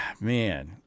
man